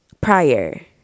prior